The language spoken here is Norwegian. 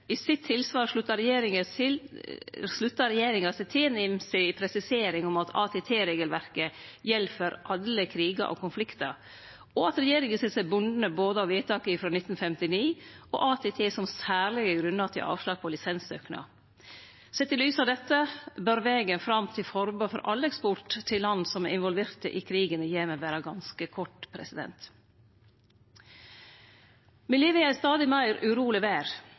regjeringa seg til presiseringa frå NIM om at ATT-regelverket gjeld for alle krigar og konfliktar, og at regjeringa ser seg bundne både av vedtaket frå 1959 og av ATT som særlege grunnar til avslag på lisenssøknader. Sett i lys av dette bør vegen fram til forbod mot all eksport til land som er involverte i krigen i Jemen, vere ganske kort. Me lever i ei stadig meir uroleg